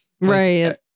Right